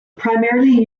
primarily